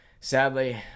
sadly